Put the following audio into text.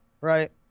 right